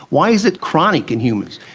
why is it chronic in humans?